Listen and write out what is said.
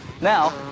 Now